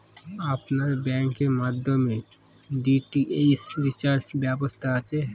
আপনার ব্যাংকের মাধ্যমে ডি.টি.এইচ রিচার্জের ব্যবস্থা আছে?